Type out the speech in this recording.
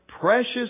precious